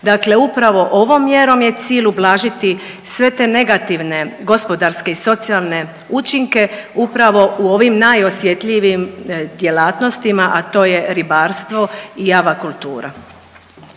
Dakle upravo ovom mjerom je cilj ublažiti sve te negativne gospodarske i socijalne učinke upravo u ovim najosjetljivijim djelatnostima, a to je ribarstvo i avakultura.